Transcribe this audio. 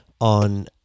on